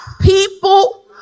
people